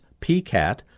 PCAT